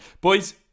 boys